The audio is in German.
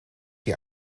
die